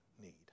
need